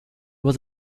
was